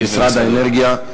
משרד האנרגיה.